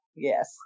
Yes